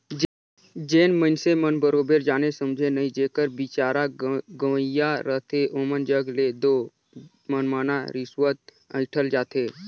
जेन मइनसे मन बरोबेर जाने समुझे नई जेकर बिचारा गंवइहां रहथे ओमन जग ले दो मनमना रिस्वत अंइठल जाथे